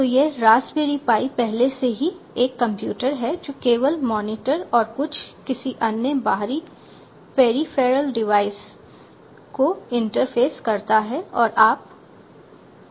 तो यह raspberry pi पहले से ही एक कंप्यूटर है जो केवल एक मॉनिटर और कुछ किसी अन्य बाहरी पेरीफेरल डिवाइस को इंटरफ़ेस करता है और आप काम करने के लिए तैयार हैं